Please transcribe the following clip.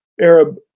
Arab